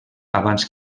abans